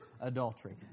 adultery